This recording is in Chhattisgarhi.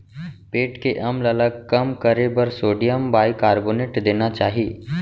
पेट के अम्ल ल कम करे बर सोडियम बाइकारबोनेट देना चाही